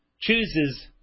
chooses